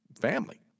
family